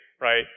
right